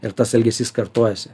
ir tas elgesys kartojasi